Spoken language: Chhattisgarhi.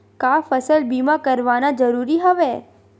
का फसल बीमा करवाना ज़रूरी हवय?